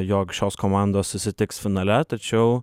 jog šios komandos susitiks finale tačiau